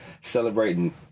celebrating